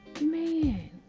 man